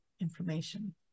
information